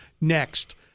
next